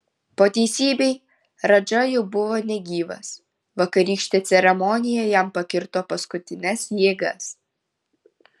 po teisybei radža jau buvo negyvas vakarykštė ceremonija jam pakirto paskutines jėgas